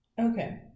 Okay